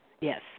Yes